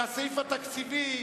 והסעיף התקציבי,